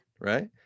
right